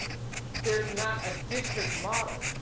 there's not a district model.